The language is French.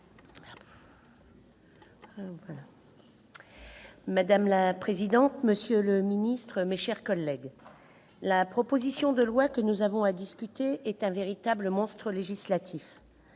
Madame la présidente, monsieur le ministre, mes chers collègues, le projet de loi que nous avons à examiner est un véritable monstre législatif.